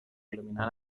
il·luminar